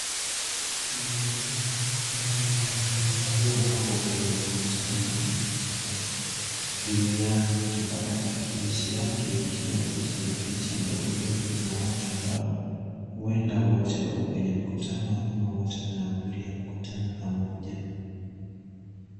Mwanamume ambaye anaonekana kuwa ako kwenye mkutano. Skrini ya kipakatalishi yake ikiwa picha na picha ndogo ndogo za watu ambao huenda wote wako kwenye mkutano ama wote wanahudhuria mkutano pamoja.